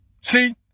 See